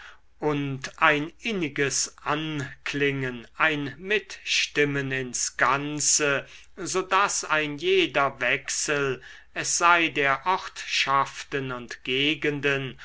und ein inniges anklingen ein mitstimmen ins ganze so daß ein jeder wechsel es sei der ortschaften und gegenden